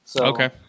Okay